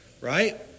Right